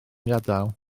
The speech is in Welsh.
gadael